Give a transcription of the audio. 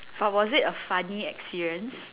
but was it a funny experience